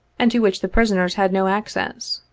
and to which the prisoners had no access.